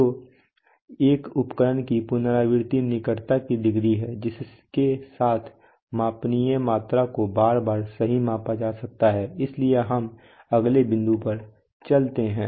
तो एक उपकरण की पुनरावृत्ति निकटता की डिग्री है जिसके साथ मापनीय मात्रा को बार बार सही मापा जा सकता है इसलिए हम अगले बिंदु पर चलते हैं